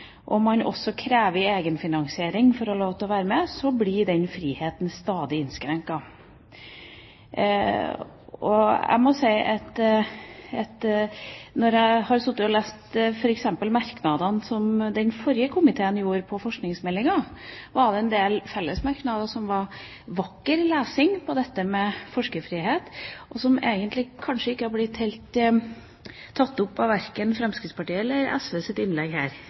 og større deler, og man også krever en egenfinansiering for å få lov til å være med, blir den friheten stadig innskrenket. Når jeg sitter og leser f.eks. merknadene som den forrige komiteen hadde i forbindelse med forskningsmeldingen, er det en del fellesmerknader som var vakker lesning om forskerfrihet, men som egentlig ikke helt ble tatt opp i verken Fremskrittspartiets eller SVs innlegg her.